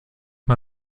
mal